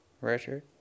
Richard